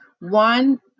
One